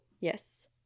Yes